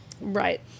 Right